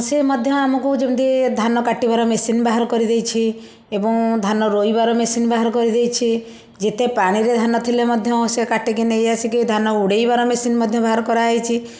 ସେ ମଧ୍ୟ ଆମକୁ ଯେମିତି ଧାନ କାଟିବାର ମେସିନ ବାହାର କରିଦେଇଛି ଏବଂ ଧାନ ରୋଇବାର ମେସିନ ବାହାର କରିଦେଇଛି ଯେତେ ପାଣିରେ ଧାନ ଥିଲେ ମଧ୍ୟ ସେ କାଟିକି ନେଇ ଆସିକି ଧାନ ଉଡ଼େଇବାର ମେସିନ ମଧ୍ୟ ବାହାର କରାହେଇଛି